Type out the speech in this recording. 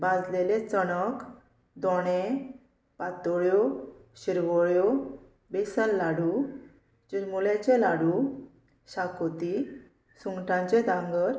बाजलेले चणक दोणे पातोळ्यो शिरवळ्यो बेसन लाडू चुलमुळ्याचे लाडू शाकोती सुंगटांचे दांगर